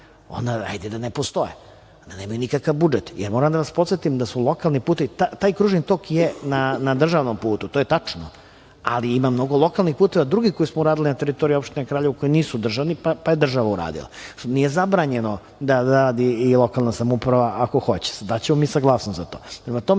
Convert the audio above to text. Onda hajde da ne postoje, onda nemaju nikakav budžet. Ja moram da vas podsetim da su lokalni putevi, taj kružni tok je na državnom putu. To je tačno. Ali, ima mnogo lokalnih puteva drugih koje smo uradili na teritoriji opštine Kraljevo koji nisu državni, pa je država uradila. Nije zabranjeno da radi i lokalna samouprava, ako hoće. Daćemo mi saglasnost za to. Prema tome,